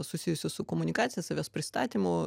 susijusios su komunikacija savęs pristatymu